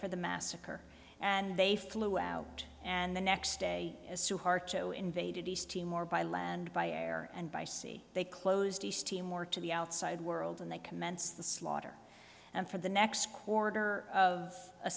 for the massacre and they flew out and the next day is so hard to invaded east timor by land by air and by sea they closed east timor to the outside world and they commence the slaughter and for the next quarter of a